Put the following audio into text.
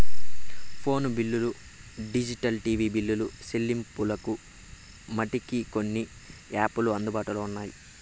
phone బిల్లులు digital TV బిల్లులు సెల్లింపులకు మటికి కొన్ని యాపులు అందుబాటులో ఉంటాయి